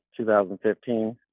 2015